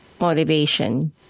motivation